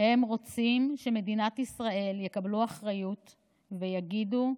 הם רוצים שבמדינת ישראל יקבלו אחריות ויגידו: